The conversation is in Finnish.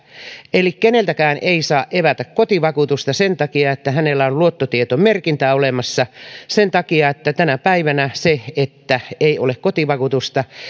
eli keneltäkään ei saa evätä kotivakuutusta sen takia että henkilöllä on luottotietomerkintä olemassa sen takia että tänä päivänä se että ei ole kotivakuutusta